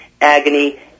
agony